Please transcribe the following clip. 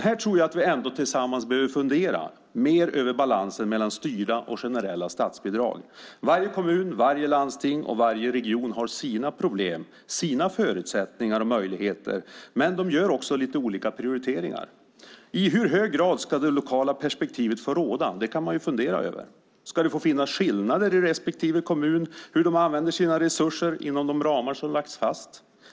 Här tror jag att vi ändå tillsammans behöver fundera mer över balansen mellan styrda och generella statsbidrag. Varje kommun, varje landsting och varje region har sina problem, sina förutsättningar och möjligheter, men de gör också lite olika prioriteringar. I hur hög grad ska det lokala perspektivet få råda? Det kan man fundera över. Ska det få finnas skillnader i hur respektive kommun använder sina resurser inom de ramar som lagts fast?